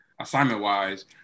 assignment-wise